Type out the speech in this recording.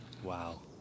Wow